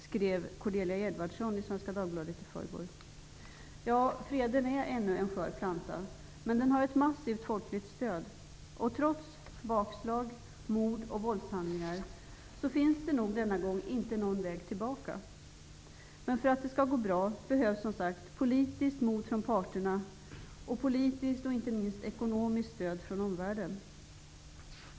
Så skrev Cornelia Freden är ännu en skör planta, men den har ett massivt folkligt stöd. Trots bakslag, mord och våldshandlingar finns det nog denna gång ingen väg tillbaka. För att det skall gå bra behövs som sagt politiskt mod från parterna och politiskt och inte minst ekonomiskt stöd från omvärlden.